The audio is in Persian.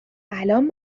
الان